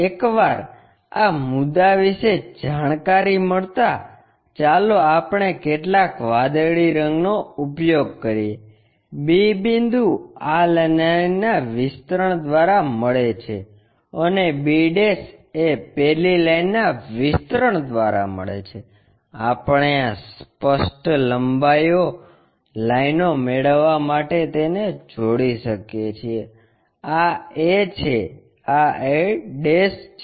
એકવાર આ મુદ્દા વિશે જાણકારી મળતાં ચાલો આપણે કેટલાક વાદળી રંગનો ઉપયોગ કરીએ b બિંદુ આ લાઇનના વિસ્તરણ દ્વારા મળે છે અને b એ પેલી લાઈનના વિસ્તરણ દ્વારા મળે છે આપણે આ સ્પષ્ટ લંબાઈ લાઇનો મેળવવા માટે તેને જોડી શકીએ છીએ આ a છે આ a છે